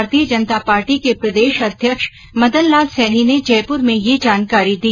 भारतीय जनता पार्टी के प्रदेश अध्यक्ष मदन लाल सैनी ने जयपूर में ये जानकारी दी